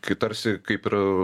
kai tarsi kaip ir